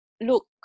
look